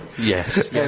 yes